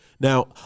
Now